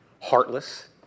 heartless